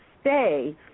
stay